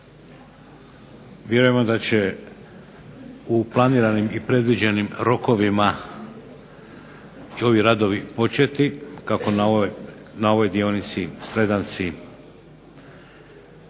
Vjerujemo da će u planiranim i predviđenim rokovima i ovi radovi početi kako na ovoj dionici Sredanci